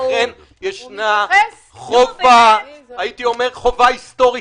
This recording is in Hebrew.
לכן יש חובה, הייתי אומר חובה היסטורית.